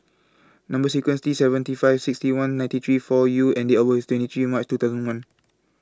Number sequence T seventy five sixty one ninety three four U and Date of birth IS twenty three March two thousand and one